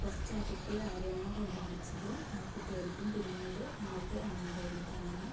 first ആ കുട്ടി ആരെയാണോ കണ്ടുപിടിച്ചത് ആ കുട്ടിയായിരിക്കും പിന്നിട് അങ്ങോട്ട് എണ്ണാൻ പോകുന്നത് അങ്ങനെ